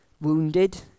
wounded